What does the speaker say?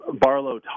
Barlow